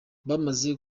bamaze